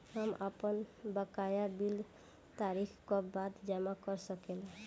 हम आपन बकाया बिल तारीख क बाद जमा कर सकेला?